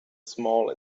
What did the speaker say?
small